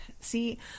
See